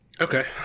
okay